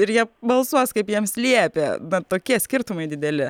ir jie balsuos kaip jiems liepia na tokie skirtumai dideli